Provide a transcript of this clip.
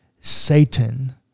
Satan